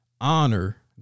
honor